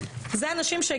זה אנשים,